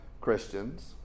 Christians